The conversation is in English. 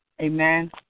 Amen